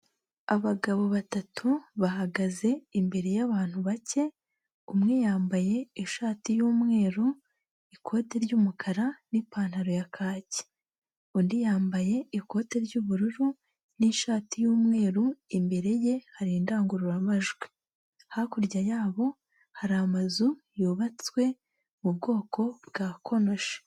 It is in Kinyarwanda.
Abagabo batatu bahagaze imbere yabantu bake, umwe yambaye ishati y'umweru, ikoti ry'umukara n'ipantaro ya kaki, undi yambaye ikote ry'ubururu n'ishati y'umweru, imbere ye hari indangururamajwi, hakurya yabo hari amazu yubatswe mu bwoko bwa konoshi.